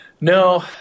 no